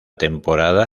temporada